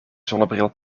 zonnebril